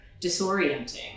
disorienting